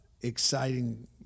exciting